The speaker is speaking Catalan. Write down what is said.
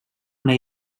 una